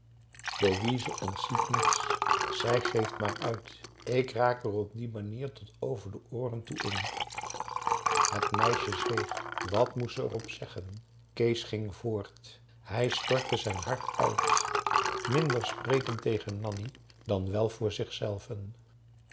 louise ontziet niets zij geeft maar uit ik raak er op die manier tot over de ooren toe in het meisje zweeg wat moest ze erop zeggen kees ging voort hij stortte zijn hart uit minder sprekend tegen nanni dan wel voor zich